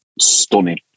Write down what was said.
stunning